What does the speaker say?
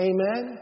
Amen